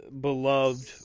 Beloved